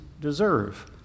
deserve